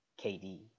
KD